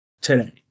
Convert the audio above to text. today